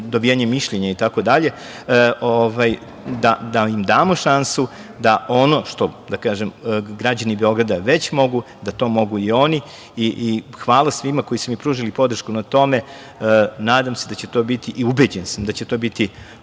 dobijanjem mišljenja, itd, da im damo šansu da ono što građani Beograda već mogu, da to mogu i oni. Hvala svima koji su mi pružili podršku na tome. Nadam se i ubeđen sam da će to biti